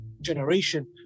generation